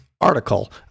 article